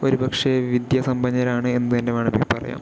ഒരു പക്ഷെ വിദ്യാസമ്പന്നരാണ് എന്ന് തന്നെ വേണമെങ്കിൽ പറയാം